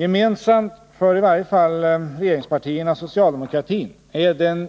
Gemensamt för i varje fall regeringspartierna och socialdemokratin är den